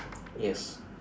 yes